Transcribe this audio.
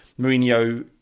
Mourinho